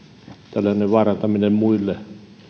tällainen vaarantaminen